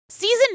Season